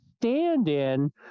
stand-in